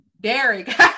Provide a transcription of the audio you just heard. Derek